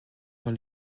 dans